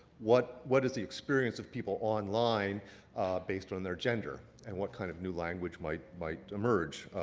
what what is the experience of people online based on their gender, and what kind of new language might might emerge?